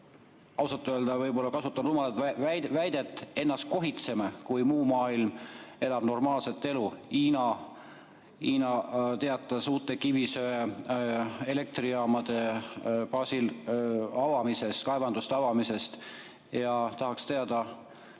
ausalt öelda võib-olla kasutan rumalat väidet, ennast kohitseme, kui muu maailm elab normaalset elu. Hiina teatas uute kivisöeelektrijaamade baasil kaevanduste avamisest. Tahaksin teada,